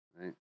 right